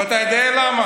ואתה יודע למה.